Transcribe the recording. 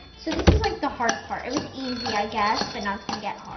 so this is like the hard part, it looks easy i guess but now it's gonna get